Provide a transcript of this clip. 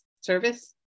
Service